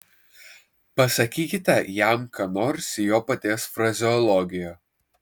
pasakykite jam ką nors jo paties frazeologija